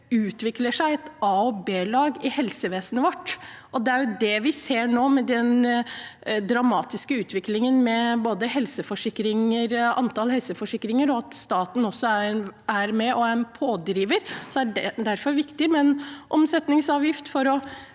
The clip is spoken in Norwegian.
utvikler seg et a- og b-lag i helsevesenet vårt. Det er jo det vi ser nå, med den dramatiske utviklingen i både antallet helseforsikringer og at staten også er en pådriver. Det er derfor viktig med en omsetningsavgift for å